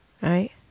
right